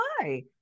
hi